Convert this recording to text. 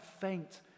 faint